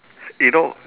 you know